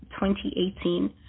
2018